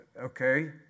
okay